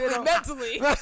mentally